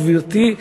גברתי,